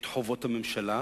את חובות הממשלה,